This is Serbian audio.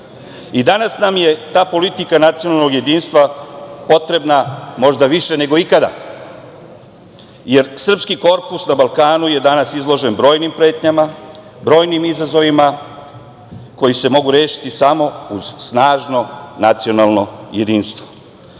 nam je ta politika nacionalnog jedinstva potrebna možda više nego ikada, jer srpski korpus na Balkanu je danas izložen brojnim pretnjama, brojnim izazovima koji se mogu rešiti samo uz snažno nacionalno